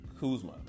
Kuzma